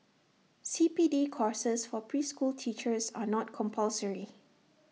C P D courses for preschool teachers are not compulsory